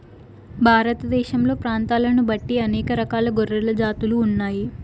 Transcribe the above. భారతదేశంలో ప్రాంతాలను బట్టి అనేక రకాల గొర్రెల జాతులు ఉన్నాయి